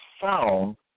found